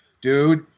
dude